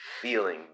feeling